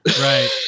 Right